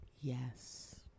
yes